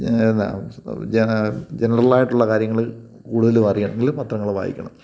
ജനറലായിട്ടുള്ള കാര്യങ്ങൾ കൂടുതലും അറിയണമെങ്കിൽ പത്രങ്ങൾ വായിക്കണം